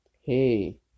Hey